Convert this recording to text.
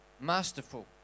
masterful